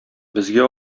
безгә